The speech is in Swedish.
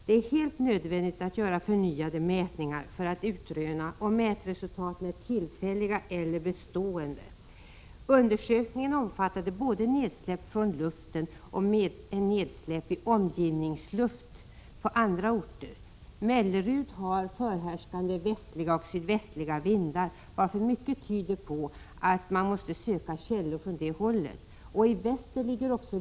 Det är helt nödvändigt att göra förnyade mätningar för att utröna om mätresultaten är tillfälliga eller bestående. Undersökningen omfattade både nedsläpp från luften och nedsläpp i omgivningsluft på närliggande orter. I Mellerud är västliga och sydvästliga vindar förhärskande, varför mycket tyder på att man måste söka källor från det hållet. I väster ligger Lysekil.